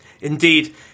Indeed